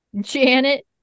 Janet